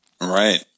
Right